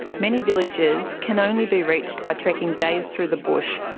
many villages can only be reached by trekking days through the bush,